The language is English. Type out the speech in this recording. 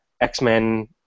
X-Men